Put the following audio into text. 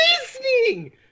listening